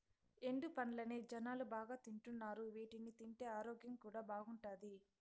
ఎండు పండ్లనే జనాలు బాగా తింటున్నారు వీటిని తింటే ఆరోగ్యం కూడా బాగుంటాది